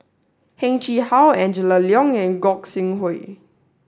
Heng Chee How Angela Liong and Gog Sing Hooi